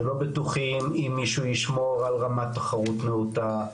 שלא בטוחים אם מישהו ישמור על רמת תחרות נאותה,